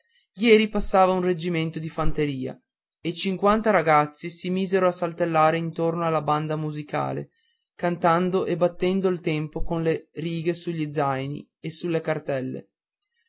ieri passava un reggimento di fanteria e cinquanta ragazzi si misero a saltellare intorno alla banda musicale cantando e battendo il tempo colle righe sugli zaini e sulle cartelle